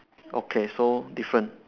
okay so different